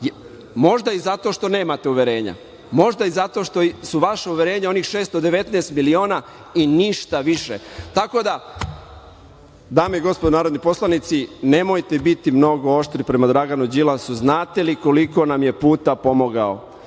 Možda i zato što nemate uverenja, možda i zato što su vaša uverenja onih 619 miliona i ništa više. Dame i gospodo narodni poslanici, nemojte biti mnogo oštri prema Draganu Đilasu, znate li koliko nam je puta pomogao?